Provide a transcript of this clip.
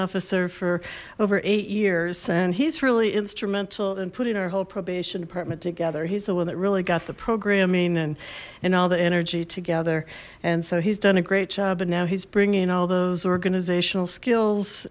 officer for over eight years and he's really instrumental in putting our whole probation department together he's the one that really got the programming and and all the energy together and so he's done a great job and now he's bringing all those organizational skills